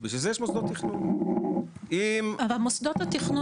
בשביל זה יש מוסדות תכנון.